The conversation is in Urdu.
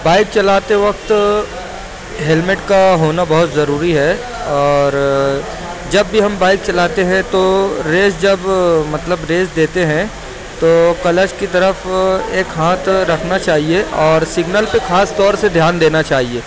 بائک چلاتے وقت ہیلمیٹ کا ہونا بہت ضروری ہے اور جب بھی ہم بائک چلاتے ہیں تو ریس جب مطلب ریس دیتے ہیں تو کلچ کی طرف ایک ہاتھ رکھنا چاہیے اور سگنل پہ خاص طور سے دھیان دینا چاہیے